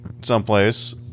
someplace